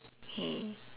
K